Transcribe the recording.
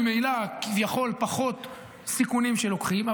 ממילא כביכול פחות סיכונים שלוקחים,